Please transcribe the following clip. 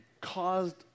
caused